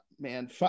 man